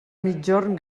migjorn